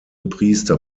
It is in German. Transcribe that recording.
priester